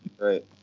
Right